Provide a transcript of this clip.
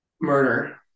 murder